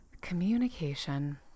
communication